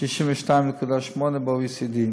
62.8 ב-OECD.